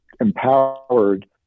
empowered